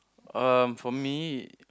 um for me